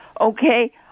okay